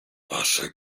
wasze